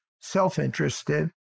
self-interested